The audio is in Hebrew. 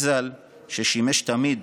לאבי, ז"ל, ששימש תמיד